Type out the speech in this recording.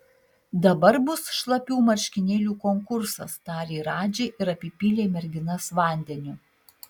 dabar bus šlapių marškinėlių konkursas tarė radži ir apipylė merginas vandeniu